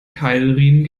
keilriemen